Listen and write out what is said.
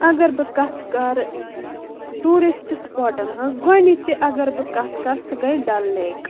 اگر بہٕ کتھ کرٕ ٹیورشٹ سُپاٹن ہٕنٛز گوڈٕنچی اگر بہٕ کتھ کرٕ سُہ گٔے ڈل لیک